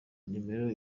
numero